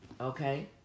Okay